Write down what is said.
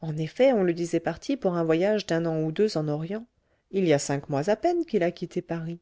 en effet on le disait parti pour un voyage d'un an ou deux en orient il y a cinq mois à peine qu'il a quitté paris